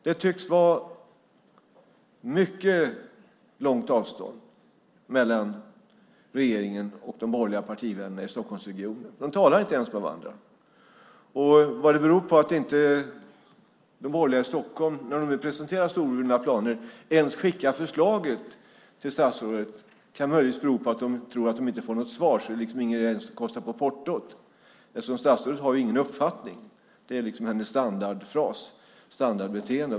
Det tycks vara ett mycket långt avstånd mellan regeringen och de borgerliga partivännerna i Stockholmsregionen. De talar inte ens med varandra. Att de borgerliga i Stockholm, när de nu presenterar storvulna planer, inte ens skickar förslaget till statsrådet kan möjligtvis bero på att de tror att de inte får något svar, så att det liksom inte ens är någon idé att kosta på portot. Statsrådet har ju ingen uppfattning. Det är hennes standardfras, standarbeteendet.